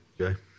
Okay